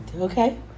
okay